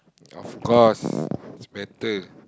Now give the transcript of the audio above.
of course is better